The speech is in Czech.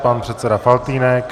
Pan předseda Faltýnek.